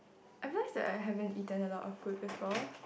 I realise that I haven't eaten a lot of food before